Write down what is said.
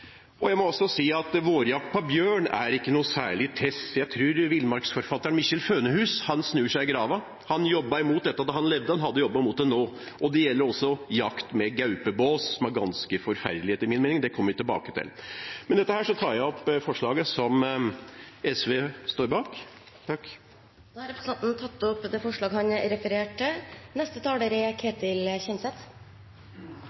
foreligger. Jeg må også si at vårjakt på bjørn ikke er noe særlig tess. Jeg tror villmarksforfatteren Mikkjel Fønhus hadde snudd seg i graven. Han jobbet mot dette da han levde, og han hadde jobbet mot det nå. Det gjelder også jakt med gaupebås, som er ganske forferdelig, etter min mening. Det kommer vi tilbake til. Med dette tar jeg opp de forslag som SV og MDG har lagt fram. Representanten Arne Nævra har tatt opp de forslagene han refererte til.